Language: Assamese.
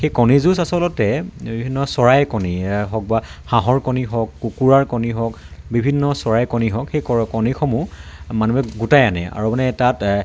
সেই কণী যুঁজ আচলতে বিভিন্ন চৰাইৰ কণীয়েই হওক বা হাঁহৰ কণী হওক কুকুৰাৰ কণী হওক বিভিন্ন চৰাইৰ কণী হওক হেই কণীসমূহ মানুহে গোটাই আনে আৰু মানে তাত